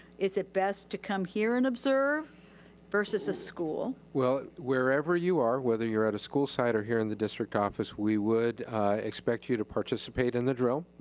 is it best to come here and observe versus a school? well wherever you are, whether you're at a school site or here in the district office, we would expect you to participate in the drill,